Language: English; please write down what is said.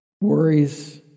Worries